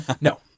No